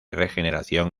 regeneración